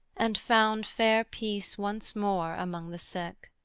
and found fair peace once more among the sick.